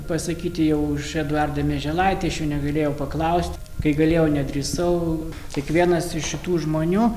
pasakyti jau už eduardą mieželaitį aš jų negalėjau paklaust kai galėjau nedrįsau tik vienas iš šitų žmonių